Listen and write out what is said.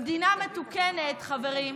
במדינה מתוקנת, חברים,